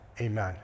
Amen